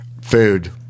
Food